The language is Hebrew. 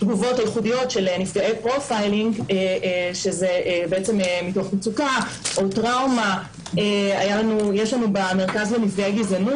היא חווה קשיים וטראומה משתחזרת בתוך בתי הדין.